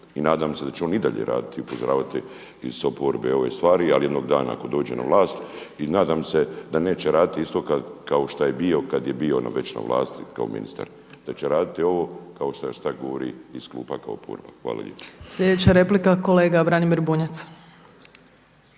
I nadam se da će on i dalje raditi i upozoravati iz oporbe ove stvari. Ali jednog dana ako dođe na vlast i nadam se da neće raditi isto kao što je bio kad je bio već na vlasti kao ministar, da će raditi ovo kao što sad govori iz klupa kao oporba. Hvala lijepa.